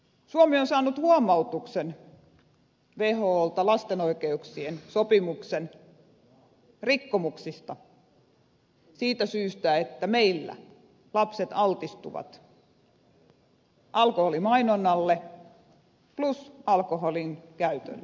suomi on saanut huomautuksen wholta lapsen oikeuksien sopimuksen rikkomuksista siitä syystä että meillä lapset altistuvat alkoholimainonnalle plus alkoholin käytölle liian paljon